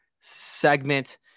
segment